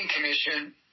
Commission